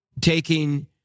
taking